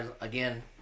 again